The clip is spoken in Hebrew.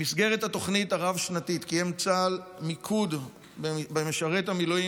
במסגרת התוכנית הרב-שנתית קיים צה"ל מיקוד במשרת המילואים